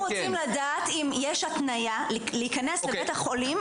אנחנו רוצים לדעת אם יש התניה להיכנס לבית החולים,